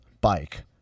bike